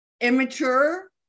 Immature